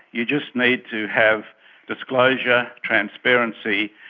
you just need to have disclosure, transparency,